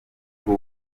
ubwo